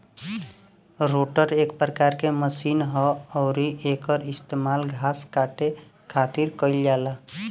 rotor एक प्रकार के मशीन ह अउरी एकर इस्तेमाल घास काटे खातिर कईल जाला